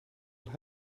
will